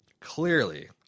Clearly